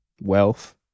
wealth